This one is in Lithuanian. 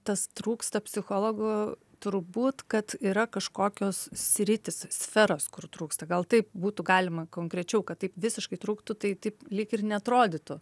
tas trūksta psichologų turbūt kad yra kažkokios sritys sferos kur trūksta gal taip būtų galima konkrečiau kad taip visiškai trūktų tai taip lyg ir neatrodytų